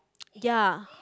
ya